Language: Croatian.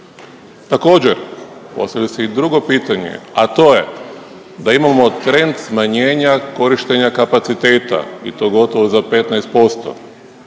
Također postavlja se i drugo pitanje, a to je da imamo trend smanjenja korištenja kapaciteta i to gotovo za 15%.